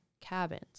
cabins